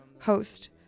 host